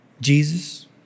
Jesus